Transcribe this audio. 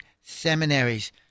seminaries